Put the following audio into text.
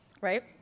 right